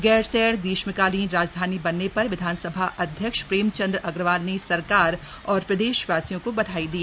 गैरसैंण ग्रीष्मकालीन राजधानी बनने पर विधानसभा अध्यक्ष प्रेमचंद अग्रवाल ने सरकार और प्रदेशवासियों को बधाई दी